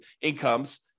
incomes